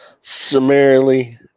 Summarily